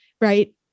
right